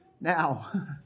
now